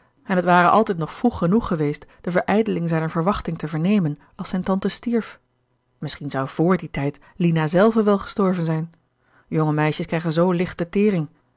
en het ware altijd nog vroeg genoeg geweest de verijdeling zijner verwachting te vernemen als zijne tante stierf misschien zou vr dien tijd lina zelve wel gestorven zijn jonge meisjes krijgen zoo licht de tering